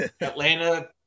Atlanta